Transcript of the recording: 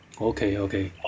okay okay